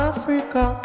Africa